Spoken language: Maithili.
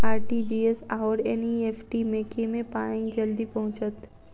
आर.टी.जी.एस आओर एन.ई.एफ.टी मे केँ मे पानि जल्दी पहुँचत